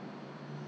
ah